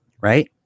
Right